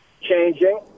changing